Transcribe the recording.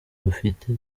rufite